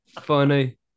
funny